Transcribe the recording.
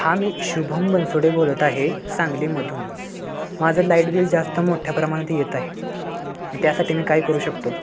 हा मी शुभम बनसोडे बोलत आहे सांगलीमधून माझं लाईट बिल जास्त मोठ्या प्रमाणात येत आहे त्यासाठी मी काय करू शकतो